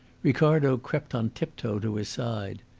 ricardo crept on tiptoe to his side.